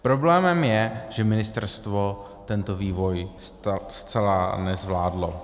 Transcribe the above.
Problémem je, že ministerstvo tento vývoj zcela nezvládlo.